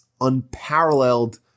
unparalleled